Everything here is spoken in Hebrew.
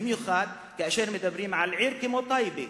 במיוחד כאשר מדברים על עיר כמו טייבה,